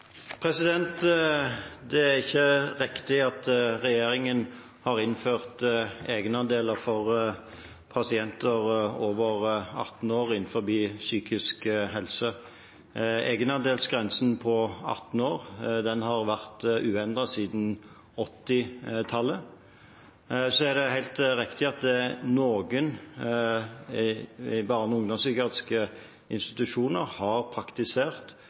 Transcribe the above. Det er ikke riktig at regjeringen har innført egenandeler for pasienter over 18 år innenfor psykisk helse. Egenandelsgrensen på 18 år har vært uendret siden 1980-tallet. Så er det helt riktig at noen barne- og ungdomspsykiatriske institusjoner har praktisert